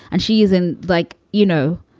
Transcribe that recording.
and she is and like, you know,